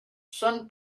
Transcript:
són